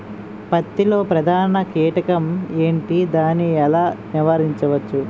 పత్తి లో ప్రధాన కీటకం ఎంటి? దాని ఎలా నీవారించచ్చు?